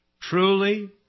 Truly